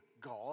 God